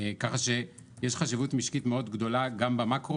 ככה שיש חשיבות משקית מאוד גדולה גם במקרו